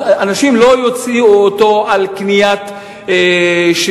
אנשים לא יוציאו אותו על קניית שירותים